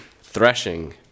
threshing